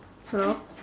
hello